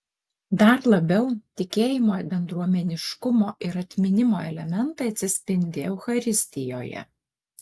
dar labiau tikėjimo bendruomeniškumo ir atminimo elementai atsispindi eucharistijoje